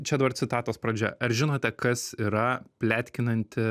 čia dabar citatos pradžia ar žinote kas yra pletkinanti